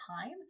time